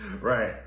Right